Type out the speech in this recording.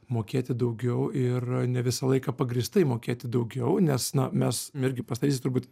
mokėti daugiau ir ne visą laiką pagrįstai mokėti daugiau nes na mes irgi pastaraisiais turbūt